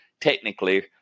technically